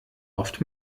oft